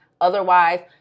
Otherwise